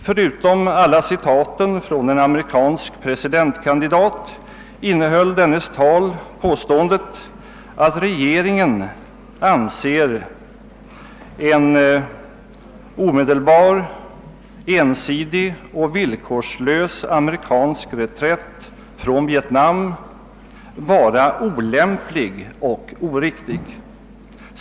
Förutom alla citaten från en amerikansk presidentkandidat innehöll dennes tal påståendet att regeringen anser en omedelbar, ensidig och villkorslös amerikansk reträtt från Vietnam vara olämplig och oriktig.